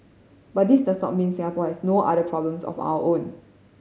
but this does not mean Singapore has no other problems of our own